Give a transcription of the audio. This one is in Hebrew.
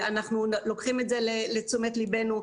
אנחנו לוקחים את זה לתשומת ליבנו.